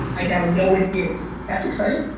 i now know it is. that's exciting.